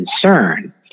concern